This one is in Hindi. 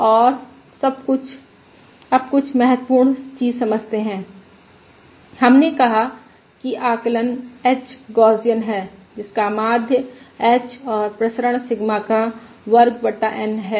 और अब कुछ महत्वपूर्ण चीज समझते हैं हमने कहा कि आकलन h गौसियन है जिसका माध्य h और प्रसरण सिग्मा का वर्ग बटा N है